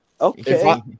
Okay